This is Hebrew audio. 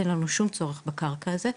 אין לנו שום צורך בקרקע הזו.